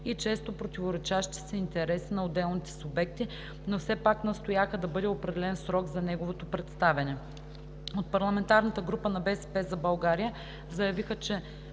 и често противоречащи си интереси на отделните субекти, но все пак настояха да бъде определен срок за неговото представяне. От парламентарната група на „БСП за България“ заявиха, че